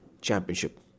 championship